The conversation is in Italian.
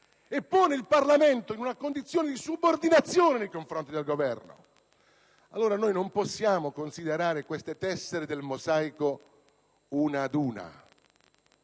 e pone il Parlamento in una condizione di subordinazione nei confronti del Governo. Pertanto, non si possono considerare queste tessere del mosaico una ad una.